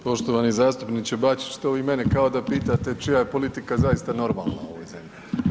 Poštovani zastupniče Bačić, to vi mene kao da pitate čija je politika zaista normalna u ovoj zemlji.